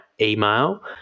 email